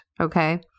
okay